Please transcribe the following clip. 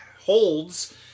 holds